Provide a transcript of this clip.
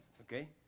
okay